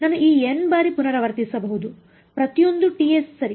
ನಾನು ಈ N ಬಾರಿ ಪುನರಾವರ್ತಿಸಬಹುದು ಪ್ರತಿಯೊಂದೂ ts ಸರಿ